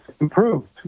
improved